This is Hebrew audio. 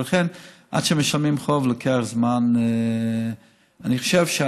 ולכן, עד שמשלמים חוב לוקח זמן.